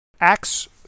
Acts